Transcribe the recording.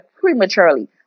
prematurely